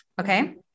Okay